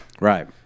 Right